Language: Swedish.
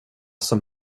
som